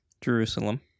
Jerusalem